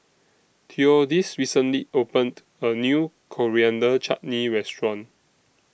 Theodis recently opened A New Coriander Chutney Restaurant